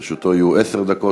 לרשותו יהיו עשר דקות.